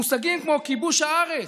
מושגים כמו כיבוש הארץ,